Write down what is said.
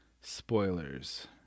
spoilers